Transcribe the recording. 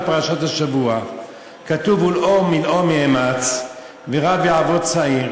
בפרשת השבוע כתוב: "ולאם מלאם יאמץ ורב יעבֹד צעיר",